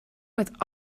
met